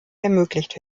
ermöglicht